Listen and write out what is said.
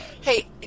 Hey